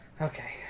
okay